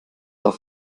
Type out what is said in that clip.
auf